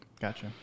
Gotcha